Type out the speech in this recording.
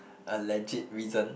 a legit reason